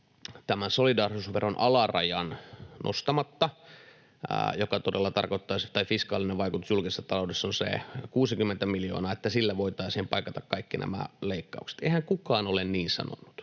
tämän solidaarisuusveron alarajan nostamatta, minkä fiskaalinen vaikutus julkisessa taloudessa on se 60 miljoonaa, niin sillä voitaisiin paikata kaikki nämä leikkaukset. Eihän kukaan ole niin sanonut.